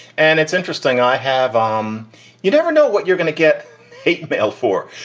and it's interesting. i have. um you never know what you're going to get hate mail for.